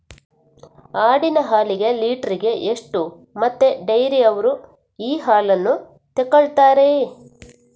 ಆಡಿನ ಹಾಲಿಗೆ ಲೀಟ್ರಿಗೆ ಎಷ್ಟು ಮತ್ತೆ ಡೈರಿಯವ್ರರು ಈ ಹಾಲನ್ನ ತೆಕೊಳ್ತಾರೆ?